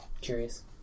curious